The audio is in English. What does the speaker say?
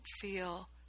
feel